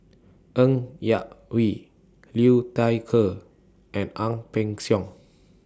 Ng Yak Whee Liu Thai Ker and Ang Peng Siong